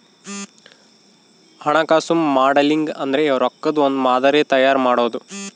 ಹಣಕಾಸು ಮಾಡೆಲಿಂಗ್ ಅಂದ್ರೆ ರೊಕ್ಕದ್ ಒಂದ್ ಮಾದರಿ ತಯಾರ ಮಾಡೋದು